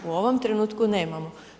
U ovom trenutku nemamo.